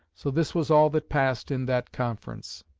so this was all that passed in that conference.